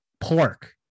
pork